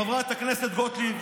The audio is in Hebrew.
חברת הכנסת גוטליב,